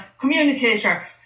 communicator